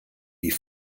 die